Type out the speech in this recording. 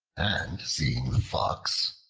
and seeing the fox,